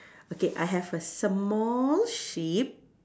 okay I have a small sheep